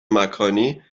مکانی